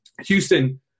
Houston